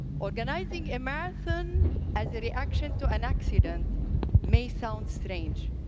organizing a marathon as a reaction to an accident may sound strange,